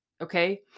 Okay